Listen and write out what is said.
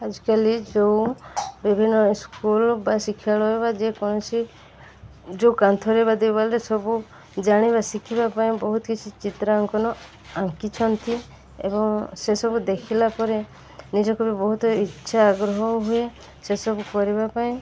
ଆଜିକାଲି ଯେଉଁ ବିଭିନ୍ନ ସ୍କୁଲ୍ ବା ଶିକ୍ଷାଳୟ ବା ଯେକୌଣସି ଯେଉଁ କାନ୍ଥରେ ବା ଦିବାଲରେ ସବୁ ଜାଣିବା ଶିଖିବା ପାଇଁ ବହୁତ କିଛି ଚିତ୍ରାଙ୍କନ ଆଙ୍କିଛନ୍ତି ଏବଂ ସେସବୁ ଦେଖିଲା ପରେ ନିଜକୁ ବି ବହୁତ ଇଚ୍ଛା ଆଗ୍ରହ ହୁଏ ସେସବୁ କରିବା ପାଇଁ